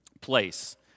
place